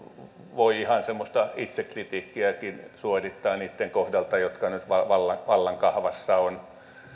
voi ihan semmoista itsekritiikkiäkin suorittaa niitten kohdalta jotka nyt vallan vallan kahvassa